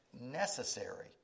necessary